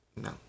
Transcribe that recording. no